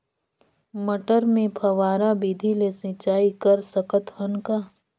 मटर मे फव्वारा विधि ले सिंचाई कर सकत हन का?